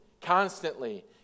constantly